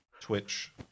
Twitch